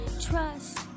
Trust